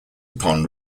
upon